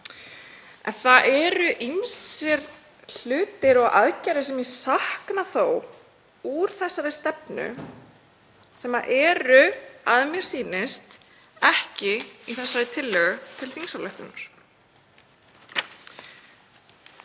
Það eru þó ýmsir hlutir og aðgerðir sem ég sakna úr stefnunni sem eru, að mér sýnist, ekki í þessari tillögu til þingsályktunar.